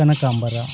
ಕನಕಾಂಬರ